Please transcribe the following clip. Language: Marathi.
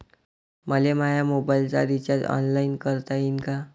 मले माया मोबाईलचा रिचार्ज ऑनलाईन करता येईन का?